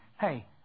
hey